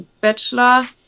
bachelor